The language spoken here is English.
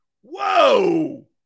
Whoa